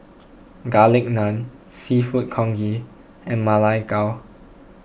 Garlic Naan Seafood Congee and Ma Lai Gao